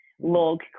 log